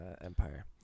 Empire